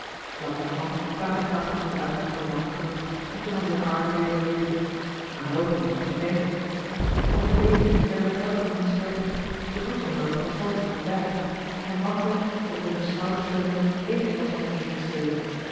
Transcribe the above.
langzamerhand kwamen de krachten van den uitgehongerden man terug en kon hij zijne armen weer bewegen aan loopen was nog geen denken doch ook de beenen werden met elke minuut sterker de bloedsomloop herstelde zich ook daar en wankelend op willems schouder steunend deed de engelschman